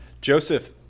Joseph